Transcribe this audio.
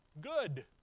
Good